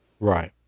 Right